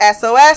SOS